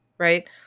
Right